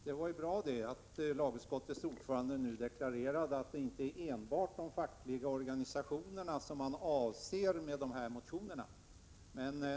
Fru talman! Det var ju bra att lagutskottets ordförande deklarerade att det inte enbart är fackliga organisationer som avses i dessa motioner.